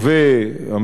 וגם הכנסת,